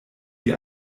die